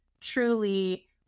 truly